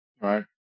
Right